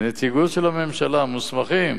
ונציגות של הממשלה, מוסמכים,